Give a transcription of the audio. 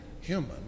human